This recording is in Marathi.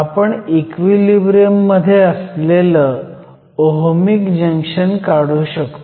आपण इक्विलिब्रियम मध्ये असलेलं ओहमीक जंक्शन काढू शकतो